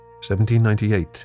1798